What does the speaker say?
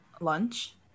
lunch